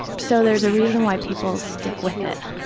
so there's a reason why people stick with it.